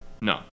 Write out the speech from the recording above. No